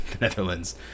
Netherlands